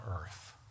earth